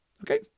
Okay